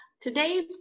Today's